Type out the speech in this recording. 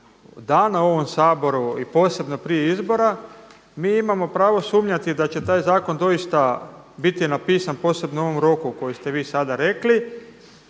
dana u ovom Saboru i posebno prije izbora mi imamo pravo sumnjati da će taj zakon doista biti napisan posebno u ovom roku koji ste vi sada rekli.